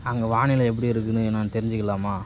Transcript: அங்கே வானிலை எப்படி இருக்குன்னு நான் தெரிஞ்சுக்கலாமா